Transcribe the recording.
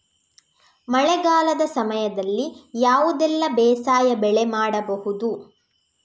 ಮಳೆಗಾಲದ ಸಮಯದಲ್ಲಿ ಯಾವುದೆಲ್ಲ ಬೇಸಾಯ ಬೆಳೆ ಮಾಡಬಹುದು?